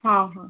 ହଁ ହଁ